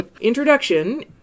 Introduction